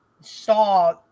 saw